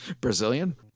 Brazilian